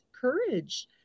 courage